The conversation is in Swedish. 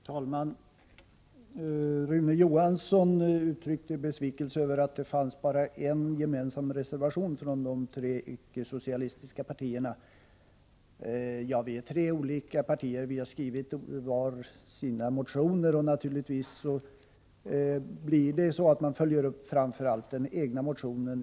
Herr talman! Rune Johansson uttryckte besvikelse över att det fanns bara en enda gemensam reservation från de tre icke socialistiska partierna. Ja, vi har tre olika partier, och vart och ett har väckt sina egna motioner. Naturligtvis följer man reservationsvägen framför allt upp den egna motionen.